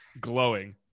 Glowing